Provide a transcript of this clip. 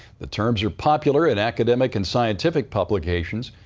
the terms are popular in academic and scientific publications.